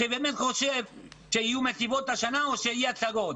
שהוא באמת חושב שיהיו מסיבות השנה או שיהיו הצגות.